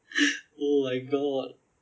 oh my god